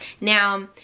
Now